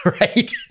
right